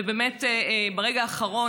ובאמת ברגע האחרון,